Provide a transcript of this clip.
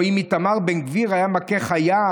או אם איתמר בן גביר היה מכה חייל.